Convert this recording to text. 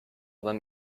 them